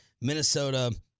Minnesota